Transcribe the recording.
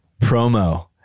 Promo